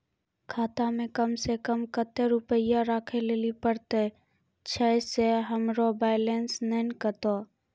खाता मे कम सें कम कत्ते रुपैया राखै लेली परतै, छै सें हमरो बैलेंस नैन कतो?